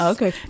Okay